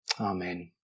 Amen